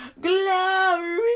Glory